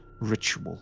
ritual